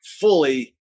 fully